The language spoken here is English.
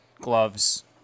gloves